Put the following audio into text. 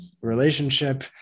relationship